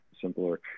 simpler